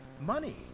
money